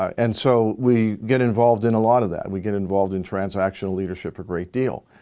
and so we get involved in a lot of that we get involved in transactional leadership a great deal